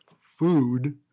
food